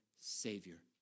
Savior